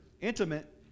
intimate